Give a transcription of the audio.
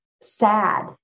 sad